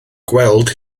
gweld